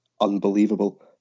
unbelievable